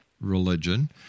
religion